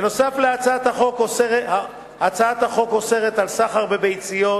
בנוסף, הצעת החוק אוסרת סחר בביציות